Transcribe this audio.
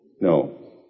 no